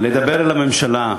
לדבר אל הממשלה,